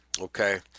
Okay